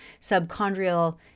subchondrial